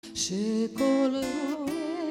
שכל רועה